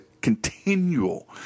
continual